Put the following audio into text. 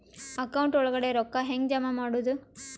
Account ಒಳಗಡೆ ರೊಕ್ಕ ಹೆಂಗ್ ಜಮಾ ಮಾಡುದು?